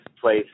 place